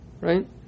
right